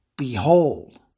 Behold